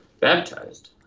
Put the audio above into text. baptized